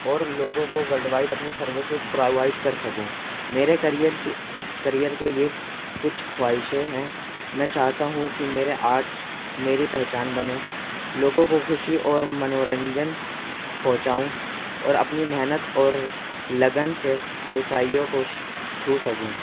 اور لوگوں کو ولڈ وائڈ اپنی سروسز پراوائڈ کرا سکوں میرے کریئر کریئر کے لیے کچھ خواہشیں ہیں میں چاہتا ہوں کہ میرے آرٹس میری پہچان بنیں لوگوں کو خوشی اور منورنجن پہنچاؤں اور اپنی محنت اور لگن سے اونچائیوں کو چھو سکوں